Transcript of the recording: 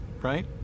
right